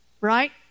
right